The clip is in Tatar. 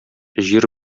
җир